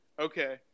Okay